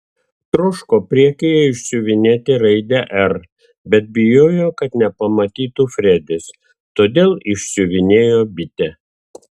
troško priekyje išsiuvinėti raidę r bet bijojo kad nepamatytų fredis todėl išsiuvinėjo bitę